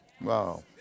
Wow